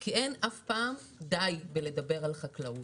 כי אין אף פעם די בלדבר על חקלאות.